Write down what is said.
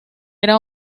era